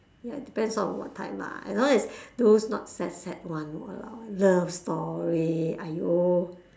ya it depends on what type lah as long as those not sad sad one !walao! eh love story !aiyo!